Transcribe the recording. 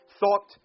thought